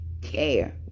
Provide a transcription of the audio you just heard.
care